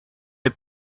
est